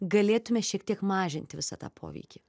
galėtume šiek tiek mažinti visą tą poveikį